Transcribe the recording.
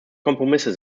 kompromisse